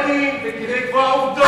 כדי להביא ילדים וכדי לקבוע עובדות,